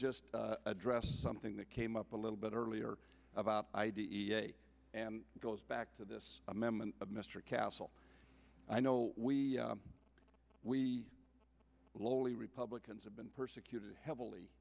just address something that came up a little bit earlier about i d e a and goes back to this amendment mr castle i know we we lowly republicans have been persecuted heavily